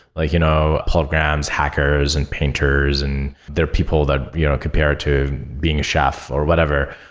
like you know programs, hackers and painters and there are people that compare it to being a chef or whatever.